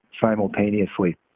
simultaneously